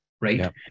Right